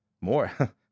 More